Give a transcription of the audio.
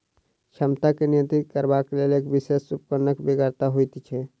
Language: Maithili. क्षमता के नियंत्रित करबाक लेल एक विशेष उपकरणक बेगरता होइत छै